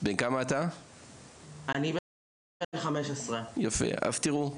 אני בן 15. יפה, אז תראו,